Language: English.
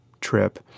trip